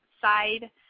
side